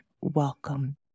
welcome